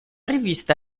rivista